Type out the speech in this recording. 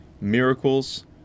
miracles